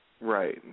Right